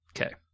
Okay